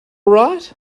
right